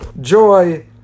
joy